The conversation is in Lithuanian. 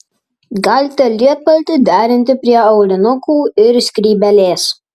galite lietpaltį derinti prie aulinukų ir skrybėlės